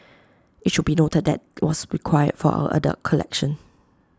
IT should be noted that was acquired for our adult collection